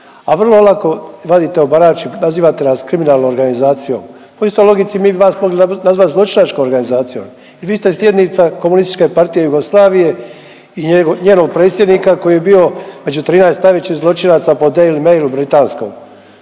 a vrlo lako radite obarač i nazivate nas kriminalnom organizacijom. Po istoj logici mi bi vas mogli nazvat zločinačkom organizacijom i vi ste slijednici KPJ i njenog predsjednika koji je bio među 13 najvećih zločinaca po…/Govornik